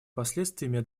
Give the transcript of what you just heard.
последствиями